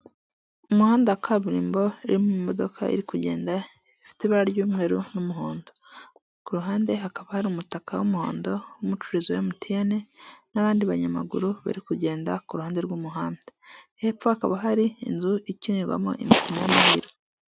Umuhanda wa kaburimbo urimo modoka iri kugenda, ifite ibara ry'umweru n'umuhondo, ku ruhande hakaba hari umutaka w'umuhondo w'umucuruzi wa MTN n'abandi banyamaguru bari kugenda ku ruhande rw'umuhanda, hepfo hakaba hari inzu ikinirwamo imikino y'amahirwe.